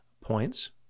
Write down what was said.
Points